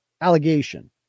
allegation